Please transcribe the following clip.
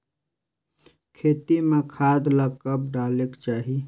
खेती म खाद ला कब डालेक चाही?